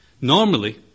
Normally